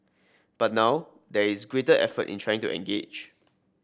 but now there is greater effort in trying to engage